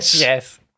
yes